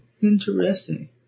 Interesting